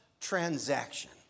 transaction